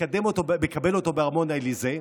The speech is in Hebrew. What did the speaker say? מקבל אותו בארמון האליזה.